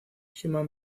human